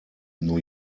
new